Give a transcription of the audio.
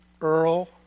Earl